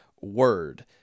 word